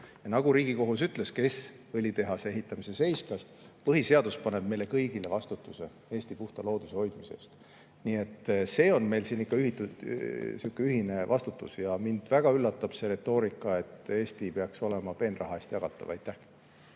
ütles Riigikohus, kes õlitehase ehitamise seiskas, et põhiseadus paneb meile kõigile vastutuse Eesti puhta looduse hoidmise eest. Nii et see on meil siin ikka ühine vastutus ja mind väga üllatab see retoorika, et Eesti peaks olema peenraha eest jagatav. Aitäh!